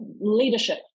Leadership